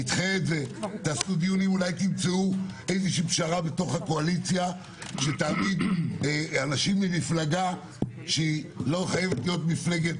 אולי תמצאו פשרה בקואליציה שאנשים ממפלגה שלא חייבת להיות מפלגת